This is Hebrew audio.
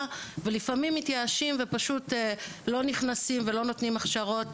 ולפעמים מתייאשים ופשוט לא נכנסים ולא נותנים הכשרות,